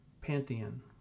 pantheon